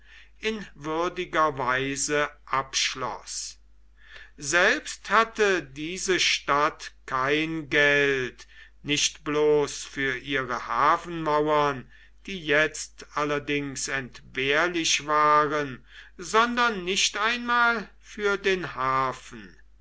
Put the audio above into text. in würdiger weise abschloß selbst hatte diese stadt kein geld nicht bloß für ihre hafenmauern die jetzt allerdings entbehrlich waren sondern nicht einmal für den hafen